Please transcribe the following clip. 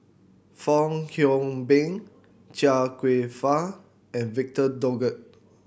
Fong Hoe Beng Chia Kwek Fah and Victor Doggett